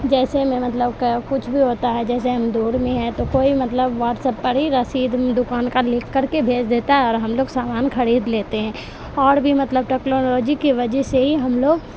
جیسے میں مطلب کچھ بھی ہوتا ہے جیسے ہم دور میں ہیں تو کوئی مطلب واٹس اپ پر ہی رسید دکان کا لکھ کر کے بھیج دیتا ہے اور ہم لوگ سامان خرید لیتے ہیں اور بھی مطلب ٹکلالوجی کی وجہ سے ہی ہم لوگ